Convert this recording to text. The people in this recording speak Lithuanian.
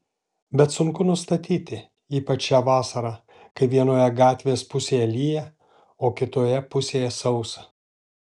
bet sunku nustatyti ypač šią vasarą kai vienoje gatvės pusėje lyja o kitoje pusėje sausa